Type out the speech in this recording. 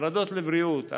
החרדות לבריאות,